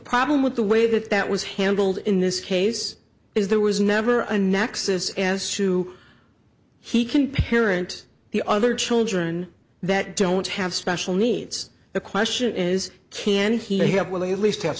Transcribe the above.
problem with the way that that was handled in this case is there was never a nexus as to he can parent the other children that don't have special needs the question is can he help will they at least have